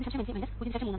5 അതായത് 4